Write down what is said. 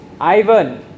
Ivan